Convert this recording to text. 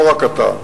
לא רק אתה,